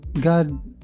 God